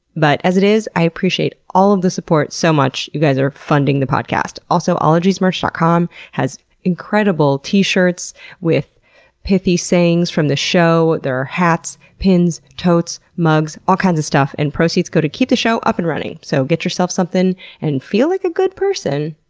but, as it is, i appreciate all of the support so much. you guys are funding the podcast. also, ologiesmerch dot com has incredible t-shirts with pithy sayings from the show. there are hats, pins, totes, mugs. all kinds of stuff. and proceeds go to keep this show up and running. so, get yourself something and feel like a good person,